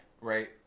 Right